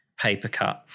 Papercut